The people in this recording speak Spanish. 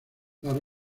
las